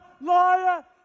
liar